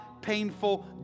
painful